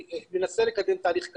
אני מנסה לקדם תהליך כזה.